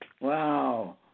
Wow